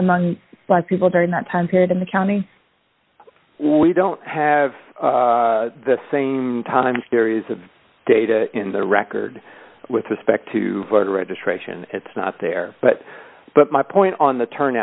among black people during that time period in the county we don't have the same time series of data in the record with respect to voter registration it's not there but but my point on th